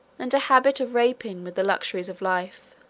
and a habit of rapine with the luxuries of life.